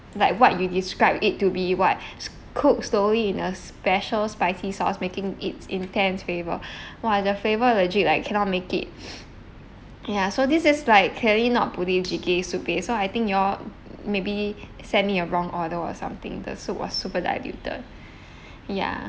like what you describe it to be what cook slowly in a special spicy sauce making its intense flavour !wah! the flavour legit like cannot make it ya so this is like clearly not budae jjigae soup base so I think you all maybe send me a wrong order or something the soup was super diluted ya